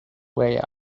way